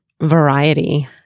variety